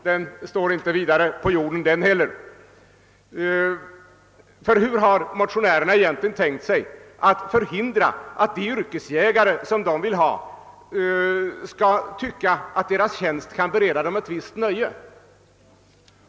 Inte heller den står på särskilt fast mark. Hur har motionärerna egentligen tänkt sig förhindra att de yrkesjägare, de vill ha, kommer att tycka att deras tjänst bereder dem ett visst nöje?